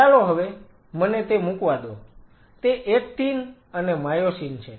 ચાલો હવે મને તે મૂકવા દો તે એક્ટિન અને માયોસિન છે